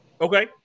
Okay